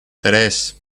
tres